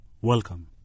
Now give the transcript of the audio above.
Welcome